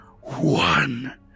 one